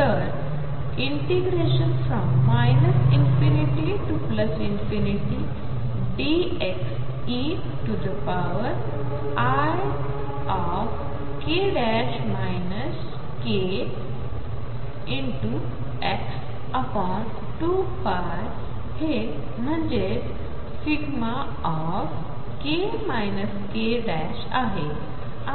तर ∞dxeik kx2π हे म्हणजेच k k आहे